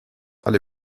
alle